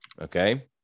Okay